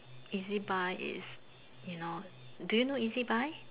E_Z buy is you know do you know E_Z buy